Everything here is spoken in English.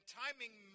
timing